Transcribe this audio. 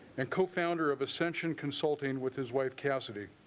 and co-founder of ascension consulting with his wife cassidy